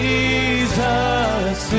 Jesus